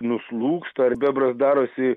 nuslūgsta ir bebras darosi